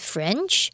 French